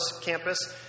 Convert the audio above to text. campus